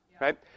right